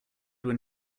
when